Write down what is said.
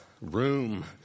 room